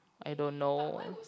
I don't know